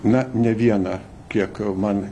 na ne vieną kiek man